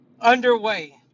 underway